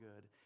good